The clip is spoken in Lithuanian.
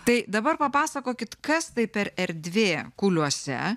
tai dabar papasakokit kas tai per erdvė kuliuose